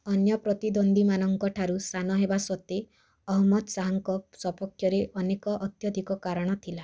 ଅନ୍ୟ ପ୍ରତିଦ୍ୱନ୍ଦ୍ୱୀମାନଙ୍କ ଠାରୁ ସାନ ହେବା ସତ୍ତ୍ୱେ ଅହମ୍ମଦ ଶାହାଙ୍କ ସପକ୍ଷରେ ଅନେକ ଅତ୍ୟଧିକ କାରଣ ଥିଲା